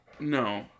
No